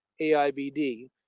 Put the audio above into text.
AIBD